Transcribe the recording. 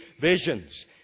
visions